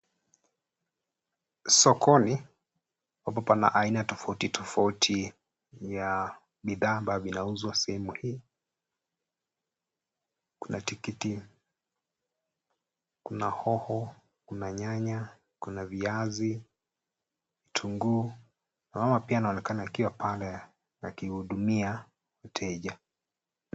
Sokoni, ambapo pana aina tofauti tofauti ya bidhaa ambavyo vinauzwa sehemu. Kuna tikiti, kuna hoho, kuna nyanya, kuna viazi, kitunguu. Kuna mama pia anaonekana kuwa pale akihudumia mteja.